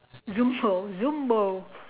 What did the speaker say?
zumbo zumbo